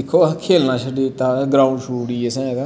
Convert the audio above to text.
दिक्खो असैं खेलना शड्डी ओड़े दा ग्राउंड़ शुड़ी दित्ती दी असैं